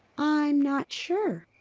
i'm not sure.